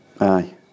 aye